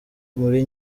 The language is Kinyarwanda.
muri